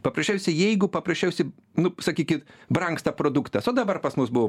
paprasčiausia jeigu paprasčiausia nu sakykit brangsta produktas o dabar pas mus buvo